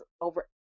over